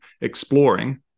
exploring